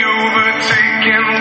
overtaken